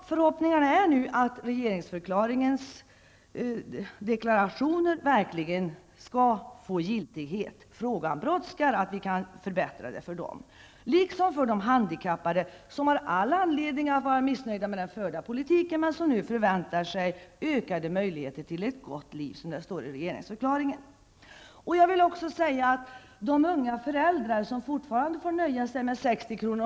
Förhoppningen är nu att regeringsförklaringens uttalanden verkligen skall få giltighet, så att vi kan förbättra situationen för de gamla. Frågan brådskar. De handikappade har all anledning att vara missnöjda med den förda politiken, men förväntar sig nu ''ökade möjligheter till ett gott liv'', som det står i regeringsförklaringen. De unga föräldrar som fortfarande får nöja sig med 60 kr.